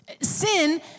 Sin